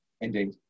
Indeed